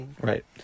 right